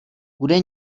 bude